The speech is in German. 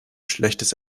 schlechtes